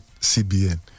CBN